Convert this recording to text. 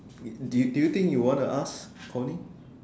do do you think you want to ask Coney